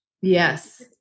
Yes